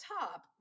top